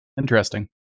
Interesting